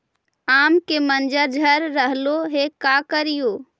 आम के मंजर झड़ रहले हे का करियै?